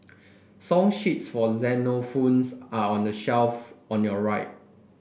song sheets for xylophones are on the shelf on your right